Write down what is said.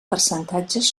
percentatges